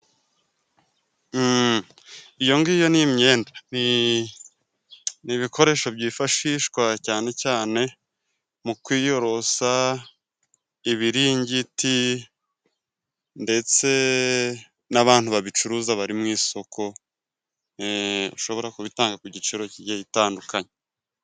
Uhh iyo ngiyo ni imyenda ,ni ibikoresho byifashishwa cyane cyane mu kwiyorosa, ibiringiti ,ndetse n'abantu babicuruza bari mu isoko ehh ushobora kubitanga ku giciro kigiye itandukanye.